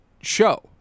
show